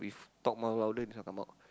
talk more louder this one come out